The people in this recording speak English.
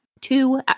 two